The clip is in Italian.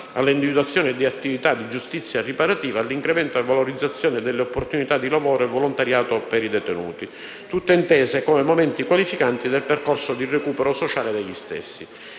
all'individuazione di attività di giustizia riparativa, all'incremento e alla valorizzazione delle opportunità di lavoro e volontariato per i detenuti, tutte intese come momenti qualificanti del percorso di recupero sociale degli stessi.